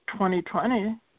2020